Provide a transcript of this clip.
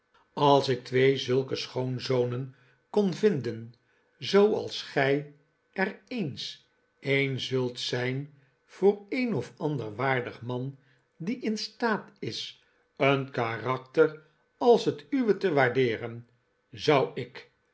als ik twee zulke schoonzonen kon vinden zooals gij er eens een zult zijn voor een of ander waardig man die in staat is een karakter als het uwe te waardeeren zou ik